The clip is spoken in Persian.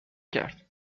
کرد